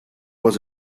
was